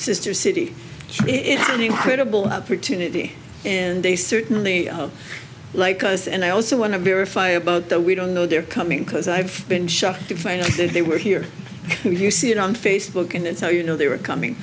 sister city it's an incredible opportunity and they certainly like us and i also want to verify about that we don't know they're coming because i've been shocked to find out that they were here if you see it on facebook and so you know they were coming